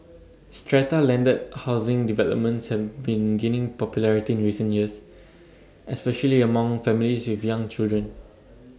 strata landed housing developments have been gaining popularity in recent years especially among families with young children